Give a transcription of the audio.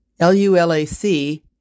LULAC